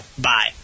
bye